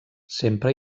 sempre